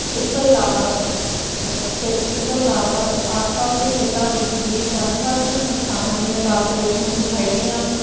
ਇਸ ਤੋਂ ਇਲਾਵਾ ਖੇ ਇਸ ਤੋਂ ਇਲਾਵਾ ਆਸ ਪਾਸ ਦੇ ਖੇਤਰਾਂ ਵਿੱਚ ਵੀ ਵੱਖ ਵੱਖ ਸੰਸਥਾਵਾਂ ਜਿਵੇਂ ਕਾਰਪੋਰੇਸ਼ਨ ਸੋਸਾਇਟੀਆਂ